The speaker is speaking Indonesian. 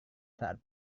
saat